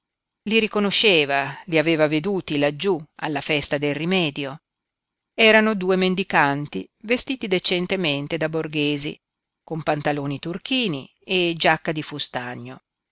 li riconosceva li aveva veduti laggiú alla festa del rimedio erano due mendicanti vestiti decentemente da borghesi con pantaloni turchini e giacca di fustagno